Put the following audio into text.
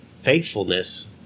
faithfulness